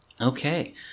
okay